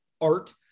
art